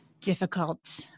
difficult